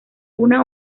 una